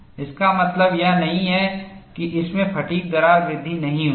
इसका मतलब यह नहीं है कि इसमें फ़ैटिग् दरार वृद्धि नहीं हुई है